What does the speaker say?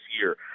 year